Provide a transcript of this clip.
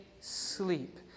sleep